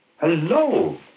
Hello